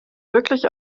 wirklich